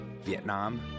Vietnam